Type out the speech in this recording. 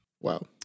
Wow